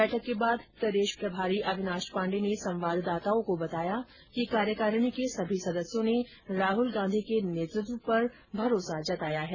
बैठक के बाद प्रदेष प्रभारी अविनाष पांडे ने संवाददताओं को बताया कि कार्यकारिणी के सभी सदस्यों ने राहल गांधी के नेतृत्व पर भरोसा जताया है